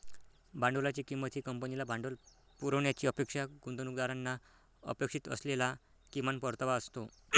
भांडवलाची किंमत ही कंपनीला भांडवल पुरवण्याची अपेक्षा गुंतवणूकदारांना अपेक्षित असलेला किमान परतावा असतो